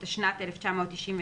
התשנ"ט-1999,